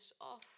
off